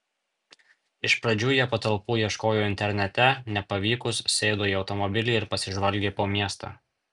iš pradžių jie patalpų ieškojo internete nepavykus sėdo į automobilį ir pasižvalgė po miestą